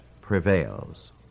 prevails